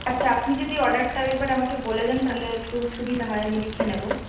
আচ্ছা আপনি যদি অর্ডারটা আরেকবার আমাকে বলে দেন তাহলে একটু সুবিধা হয় আমি লিখে নেব